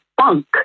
funk